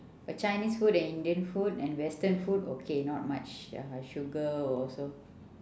but chinese food and indian food and western food okay not much uh sugar also